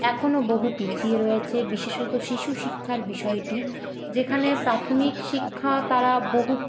এখনও বহু পিছিয়ে রয়েছে বিশেষত শিশু শিক্ষার বিষয়টি যেখানে প্রাথমিক শিক্ষা তারা বহু